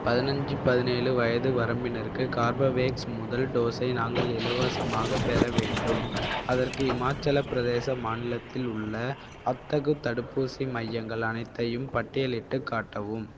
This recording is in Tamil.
பதினைஞ்சி பதினேழு வயது வரம்பினருக்கு கார்பவேக்ஸ் முதல் டோஸை நாங்கள் இலவசமாகப் பெற வேண்டும் அதற்கு இமாச்சலப் பிரதேச மாநிலத்தில் உள்ள அத்தகு தடுப்பூசி மையங்கள் அனைத்தையும் பட்டியலிட்டுக் காட்டவும்